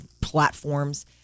platforms